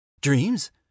dreams